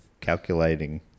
calculating